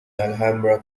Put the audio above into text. alhambra